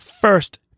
first